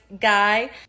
guy